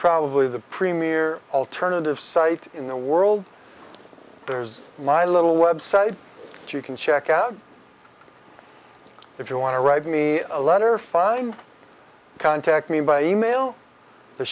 probably the premier alternative site in the world there's my little website that you can check out if you want to write me a letter or find contact me by email the